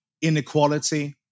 inequality